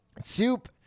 soup